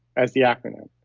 as the acronym.